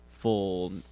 full